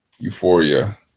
euphoria